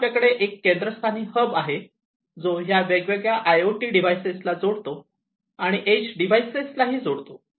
इथे आपल्याकडे एक केंद्रस्थानी हब आहे जो ह्या वेगवेगळ्या आय ओ टी डिव्हाइसेस ला जोडतो आणि एज डिव्हाइसेस लाही जोडतो